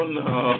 no